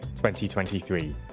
2023